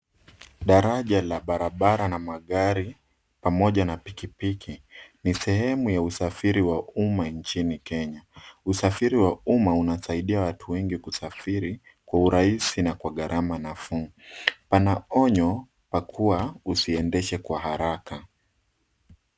Daraja la barabara na magari pamoja na pikipiki. Ni sehemu ya usafiri wa umma nchini Kenya. Usafiri wa umma unasaidia watu wengi kusafiri kwa urahisi na kwa gharama nafuu. Pana onyo pa kuwa usiendeshe haraka.